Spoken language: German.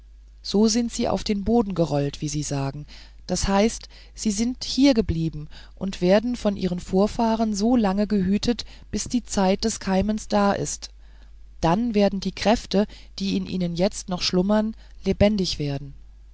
so sind sie auf den boden gerollt wie sie sagen das heißt sie sind hiergeblieben und werden von ihren vorfahren so lange gehütet bis die zeit des keimens da ist dann werden die kräfte die in ihnen jetzt noch schlummern lebendig werden